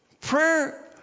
Prayer